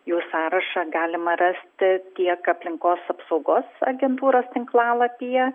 jų sąrašą galima rasti tiek aplinkos apsaugos agentūros tinklalapyje